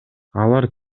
алар